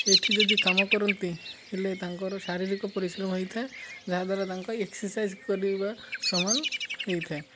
ସେଠି ଯଦି କାମ କରନ୍ତି ହେଲେ ତାଙ୍କର ଶାରୀରିକ ପରିଶ୍ରମ ହେଇଥାଏ ଯାହାଦ୍ୱାରା ତାଙ୍କ ଏକ୍ସରସାଇଜ କରିବା ସମାନ ହେଇଥାଏ